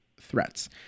threats